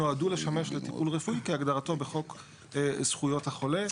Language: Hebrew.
נועדו לשמש לטיפול רפואי כהגדרתו בחוק זכויות החולה,